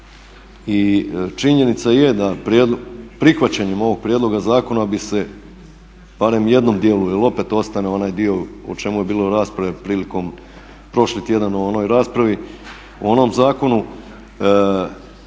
i činjenica je da prihvaćanjem ovog prijedloga zakona bi se barem jednom dijelu ili opet ostane onaj dio o čemu je bilo rasprave prilikom prošli tjedan u onoj raspravi, u onom zakonu